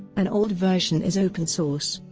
an old version is open source.